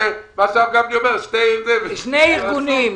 שני ארגונים.